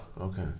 Okay